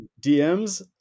DMs